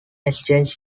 exchange